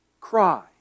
cry